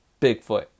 Bigfoot